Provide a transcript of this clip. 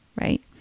right